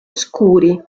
scuri